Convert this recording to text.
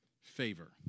favor